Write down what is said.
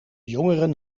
jongeren